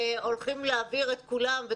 והולכים להעביר את כולם למתוקשבים.